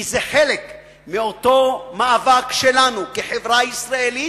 כי זה חלק מאותו מאבק שלנו, כחברה ישראלית,